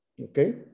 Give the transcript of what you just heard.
okay